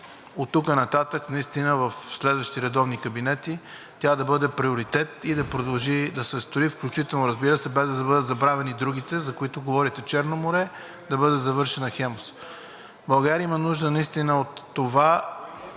оттук нататък в следващите редовни кабинети тя да бъде приоритет и да продължи да се строи, включително, разбира се, без да бъдат забравени и другите, за които говорите: „Черно море“, да бъде завършена „Хемус“. България има нужда от това